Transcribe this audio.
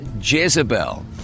Jezebel